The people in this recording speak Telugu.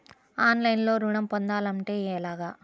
ఆన్లైన్లో ఋణం పొందాలంటే ఎలాగా?